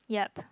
yup